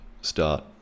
start